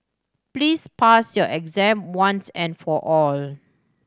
please pass your exam once and for all